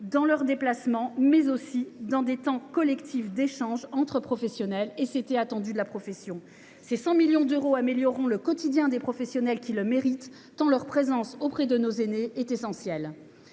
dans leurs déplacements, mais aussi dans des temps collectifs d’échanges entre professionnels, ainsi que l’attendait la profession. Ces 100 millions d’euros amélioreront le quotidien des professionnels – qui le méritent, tant leur présence auprès de nos aînés est essentielle.